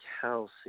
Kelsey